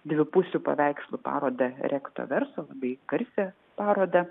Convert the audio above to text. dvipusių paveikslų parodą regto verso labai garsią parodą